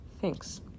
Thanks